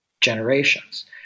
generations